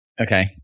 okay